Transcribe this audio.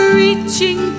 reaching